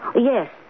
Yes